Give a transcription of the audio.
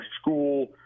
school